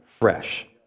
fresh